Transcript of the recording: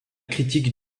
critiques